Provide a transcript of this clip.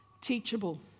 teachable